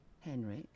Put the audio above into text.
Henrik